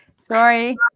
Sorry